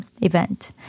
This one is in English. event